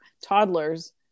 toddlers